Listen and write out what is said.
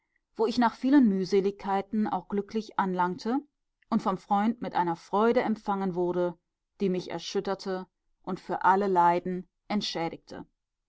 wo ich nach vielen mühseligkeiten auch glücklich anlangte und vom freund mit einer freude empfangen wurde die mich erschütterte und für alle leiden entschädigte